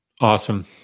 awesome